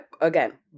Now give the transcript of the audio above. Again